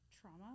trauma